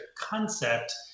concept